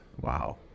Wow